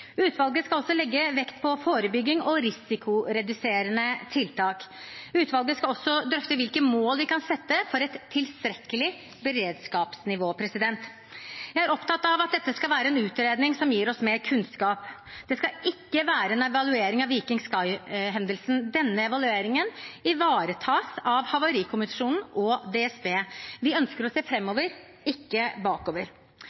Utvalget skal også legge vekt på forebygging og risikoreduserende tiltak og drøfte hvilke mål vi kan sette for et tilstrekkelig beredskapsnivå. Jeg er opptatt av at dette skal være en utredning som gir oss mer kunnskap. Det skal ikke være en evaluering av «Viking Sky»-hendelsen. Den evalueringen ivaretas av Havarikommisjonen og DSB. Vi ønsker å se